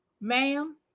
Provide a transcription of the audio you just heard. Ma'am